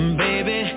baby